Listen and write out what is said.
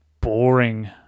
boring